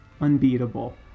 Unbeatable